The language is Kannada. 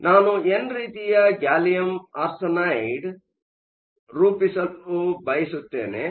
ಆದ್ದರಿಂದ ನಾನು ಎನ್ ರೀತಿಯ ಗ್ಯಾಲಿಯಂ ಆರ್ಸೆನೈಡ್ ರೂಪಿಸಲು ಬಯಸುತ್ತೇನೆ